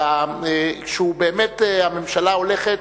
ובאמת הממשלה הולכת